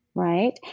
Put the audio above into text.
right?